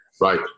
Right